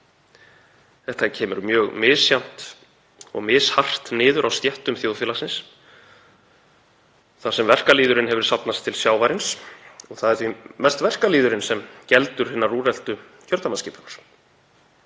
Þetta kemur og mjög mishart niður á stjettum þjóðfjelagsins, þar sem verkalýðurinn hefir safnast til sjávarins, og það er því mest verkalýðurinn, er geldur hinnar úreltu kjördæmaskipunar